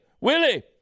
Willie